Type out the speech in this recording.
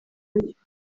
w’igihugu